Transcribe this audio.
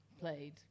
played